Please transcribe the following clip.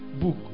book